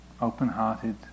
open-hearted